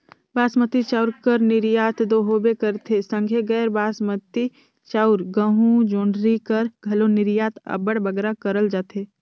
बासमती चाँउर कर निरयात दो होबे करथे संघे गैर बासमती चाउर, गहूँ, जोंढरी कर घलो निरयात अब्बड़ बगरा करल जाथे